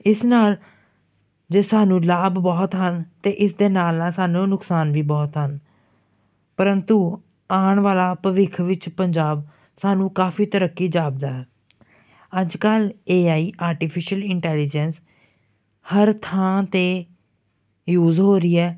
ਇਸ ਨਾਲ ਜੇ ਸਾਨੂੰ ਲਾਭ ਬਹੁਤ ਹਨ ਤਾਂ ਇਸ ਦੇ ਨਾਲ ਨਾਲ ਸਾਨੂੰ ਨੁਕਸਾਨ ਵੀ ਬਹੁਤ ਹਨ ਪਰੰਤੂ ਆਉਣ ਵਾਲਾ ਭਵਿੱਖ ਵਿੱਚ ਪੰਜਾਬ ਸਾਨੂੰ ਕਾਫੀ ਤਰੱਕੀ ਜਾਪਦਾ ਅੱਜ ਕੱਲ ਏ ਆਈ ਆਰਟੀਫਿਸ਼ਲ ਇੰਟੈਲੀਜੈਂਸ ਹਰ ਥਾਂ 'ਤੇ ਯੂਜ ਹੋ ਰਹੀ ਹੈ